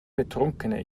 betrunkene